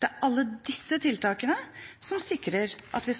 Det er alle disse tiltakene som sikrer at vi